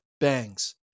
bangs